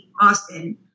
Austin